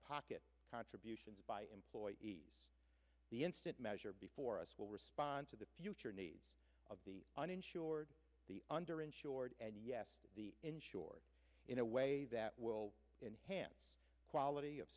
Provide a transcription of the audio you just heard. pocket contributions by employ the instant measure before us will respond to the future needs of the uninsured the underinsured and yes the insured in a way that will enhance quality of